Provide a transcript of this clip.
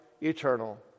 eternal